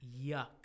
Yuck